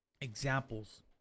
examples